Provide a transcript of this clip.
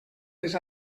les